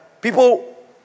people